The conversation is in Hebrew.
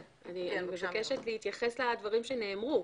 אני מבקשת להתייחס לדברים שנאמרו